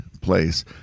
place